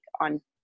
on